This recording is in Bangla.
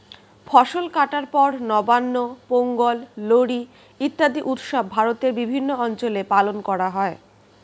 ফসল কাটার পর নবান্ন, পোঙ্গল, লোরী ইত্যাদি উৎসব ভারতের বিভিন্ন অঞ্চলে পালন করা হয়